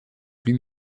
plus